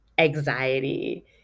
anxiety